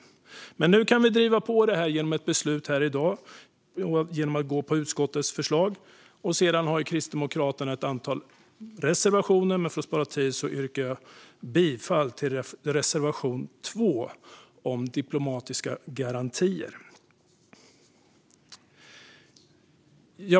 Men nu kan vi driva på detta genom ett beslut här i dag då vi röstar för utskottets förslag. Kristdemokraterna har ett antal reservationer, men för att spara tid yrkar jag bifall endast till reservation 2 om diplomatiska garantier.